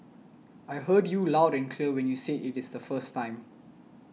I heard you loud clear when you said it is the first time